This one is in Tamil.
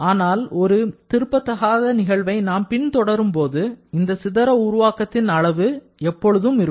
ஆனால் ஒரு திருப்பத்தகாத நிகழ்வை நாம் பின் தொடரும் போது இந்த சிதற உருவாக்கத்தின் அளவு எப்பொழுதும் இருக்கும்